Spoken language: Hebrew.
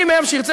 מי מהם שירצה,